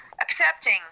accepting